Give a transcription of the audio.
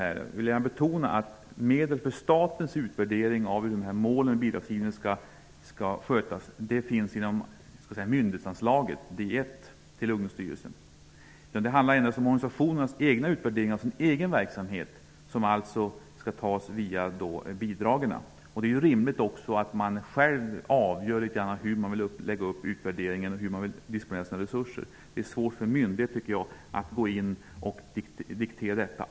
Jag vill betona att medel för statens utvärdering av hur målen för bidragsgivningen skall tillgodoses finns inom myndighetsanslaget D 1. Ungdomsstyrelsen. Det är endast organisationernas egen utvärderingsverksamhet som inte skall betalas via bidragen. Det är rimligt att organisationerna själva avgör hur de skall lägga upp denna utvärderingsverksamhet och hur de skall disponera sina resurser. Det är svårt för en myndighet att diktera detta.